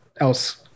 else